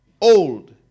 old